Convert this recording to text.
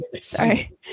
sorry